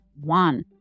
one